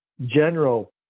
general